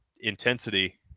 intensity